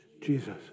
Jesus